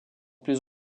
plus